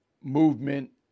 movement